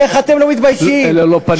איך אתם לא מתביישים, אלה לא פנים יפות?